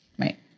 Right